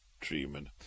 treatment